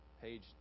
page